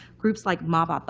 groups like ma ba tha,